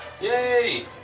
Yay